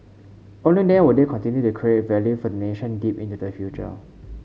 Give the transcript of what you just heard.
only then will they continue to create value for the nation deep into the future